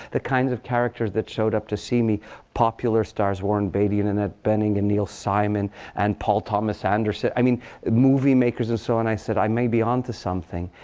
the kinds of characters that showed up to see me popular stars, warren beatty and annette bening and neil simon and paul thomas anderson, i mean movie-makers and so on. i said, i may be on to something.